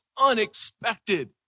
unexpected